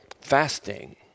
Fasting